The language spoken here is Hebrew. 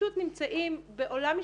פשוט נמצאים בעולם משלהם,